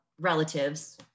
relatives